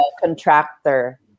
contractor